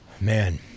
Man